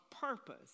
purpose